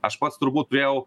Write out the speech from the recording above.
aš pats turbūt turėjau